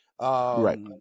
Right